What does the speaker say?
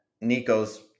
nico's